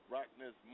Rockness